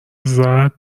زدما